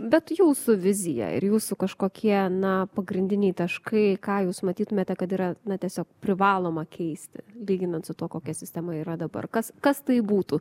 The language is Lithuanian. bet jūsų vizija ir jūsų kažkokie na pagrindiniai taškai ką jūs matytumėte kad yra tiesiog privaloma keisti lyginant su tuo kokia sistema yra dabar kas kas tai būtų